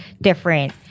different